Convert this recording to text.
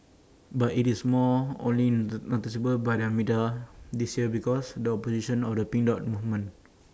but IT is more only noticed by the media this year because the opposition or the pink dot movement